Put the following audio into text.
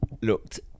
looked